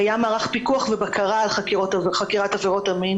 קיים מערך פיקוח ובקרה על חקירת עבירות המין